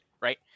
right